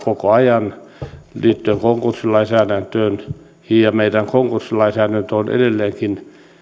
koko ajan linjaa liittyen konkurssilainsäädäntöön ja meidän konkurssilainsäädäntömme on edelleenkin